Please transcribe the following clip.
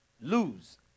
lose